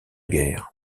guerres